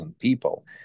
people